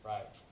Right